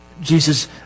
Jesus